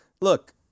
look